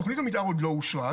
תכנית המתאר טרם אושרה,